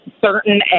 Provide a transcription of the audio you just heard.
certain